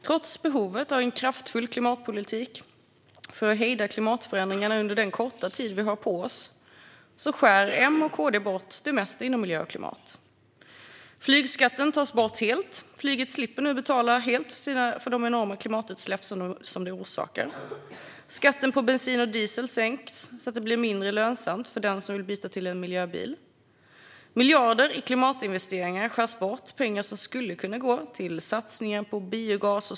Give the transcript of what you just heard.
Trots behovet av en kraftfull klimatpolitik för att hejda klimatförändringarna under den korta tid vi har på oss skär M och KD bort det mesta inom miljö och klimat. Flygskatten tas bort helt. Flyget slipper nu helt betala för de enorma klimatutsläpp som det orsakar. Skatten på bensin och diesel sänks så att det blir mindre lönsamt att byta till en miljöbil. Miljarder i klimatinvesteringar skärs bort. Det är pengar som skulle kunna gå till satsningen på biogas.